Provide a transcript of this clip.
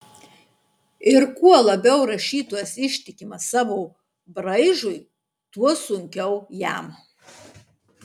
ir kuo labiau rašytojas ištikimas savo braižui tuo sunkiau jam